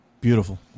Beautiful